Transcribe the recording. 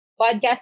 podcast